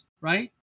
right